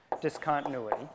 discontinuity